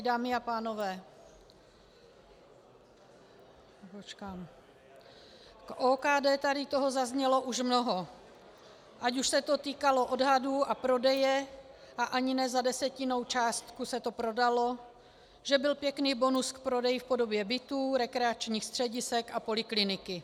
Dámy a pánové, k OKD tady toho zaznělo už mnoho, ať už se to týkalo odhadů a prodeje, a ani ne za desetinou částku se to prodalo, že byl pěkný bonus k prodeji v podobě bytů, rekreačních středisek a polikliniky.